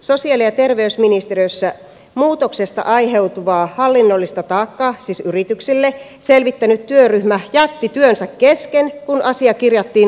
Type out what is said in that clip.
sosiaali ja terveysministeriössä muutoksesta aiheutuvaa hallinnollista taakkaa siis yrityksille selvittänyt työryhmä jätti työnsä kesken kun asia kirjattiin hallitusohjelmaan